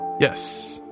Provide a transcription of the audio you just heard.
Yes